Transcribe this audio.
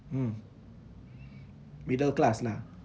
mm middle class lah